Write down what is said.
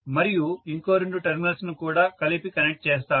మరియు ఇంకో రెండు టెర్మినల్స్ ను కూడా కలిపి కనెక్ట్ చేస్తాను